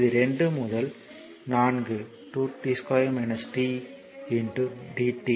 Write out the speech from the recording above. இது 2 முதல் 4 2 t 2 t dt